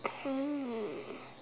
um